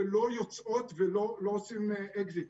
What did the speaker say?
ולא יוצאות ולא עושות אקזיטים.